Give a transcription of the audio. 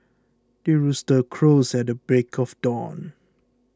the rooster crows at the break of dawn